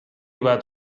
bat